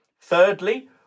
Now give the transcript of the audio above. Thirdly